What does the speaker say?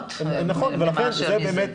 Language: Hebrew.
מההשלכות מאשר מזה.